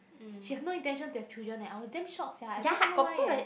she have no intention to have children eh I was damn shocked sia I don't even know why eh